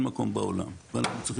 אבל את המסקנות האלה לא הבאנו לממשלות